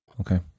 Okay